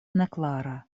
neklara